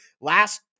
last